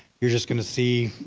you're just going to see